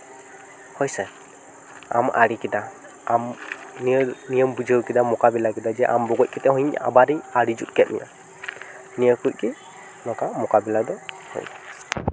ᱦᱳᱭ ᱥᱮ ᱟᱢ ᱟᱲᱮ ᱠᱮᱫᱟ ᱟᱢ ᱱᱤᱭᱟᱹ ᱱᱤᱭᱟᱹᱢ ᱵᱩᱡᱷᱟᱹᱣ ᱠᱮᱫᱟ ᱢᱳᱠᱟᱵᱤᱞᱟ ᱠᱮᱫᱟ ᱡᱮ ᱟᱢ ᱵᱚᱜᱚᱡ ᱠᱟᱛᱮ ᱦᱚᱸ ᱤᱧ ᱟᱵᱟᱨ ᱤᱧ ᱟᱲᱮ ᱡᱩᱛ ᱠᱮᱫ ᱢᱮᱭᱟ ᱱᱤᱭᱟᱹ ᱠᱚ ᱜᱮ ᱱᱚᱝᱠᱟ ᱢᱳᱠᱟᱵᱤᱞᱟ ᱫᱚ ᱦᱩᱭᱩᱜᱼᱟ